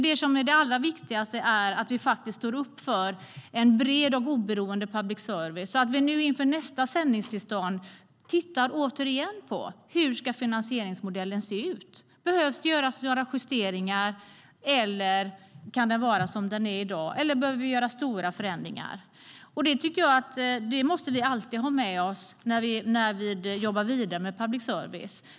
Det som är det allra viktigaste är att vi faktiskt står upp för en bred och oberoende public service. Inför nästa sändningstillstånd ska vi på nytt titta på hur finansieringsmodellen ska se ut. Behöver det göras justeringar, kan den vara som den är i dag, eller behöver vi göra stora förändringar? Detta måste vi ha med oss när vi jobbar vidare med public service.